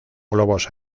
globos